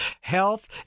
Health